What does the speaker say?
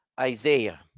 Isaiah